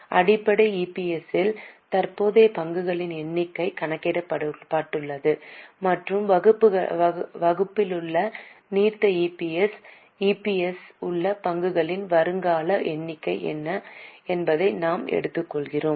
அடிப்படை இபிஎஸ்ஸில் தற்போதைய பங்குகளின் எண்ணிக்கை கணக்கிடப்படுகிறது மற்றும் வகுப்பிலுள்ள நீர்த்த இபிஎஸ்ஸில் இபிஎஸ்ஸில் உள்ள பங்குகளின் வருங்கால எண்ணிக்கை என்ன என்பதை நாம் எடுத்துக்கொள்கிறோம்